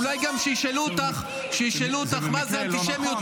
אולי כשישאלו אותך מה זה אנטישמיות,